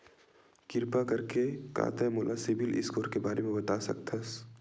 किरपा करके का तै मोला सीबिल स्कोर के बारे माँ बता सकथस?